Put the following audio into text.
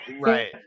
Right